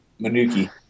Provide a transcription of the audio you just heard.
Manuki